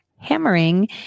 hammering